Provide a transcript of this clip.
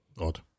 Odd